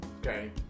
Okay